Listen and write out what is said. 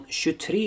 23